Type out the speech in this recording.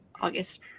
August